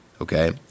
okay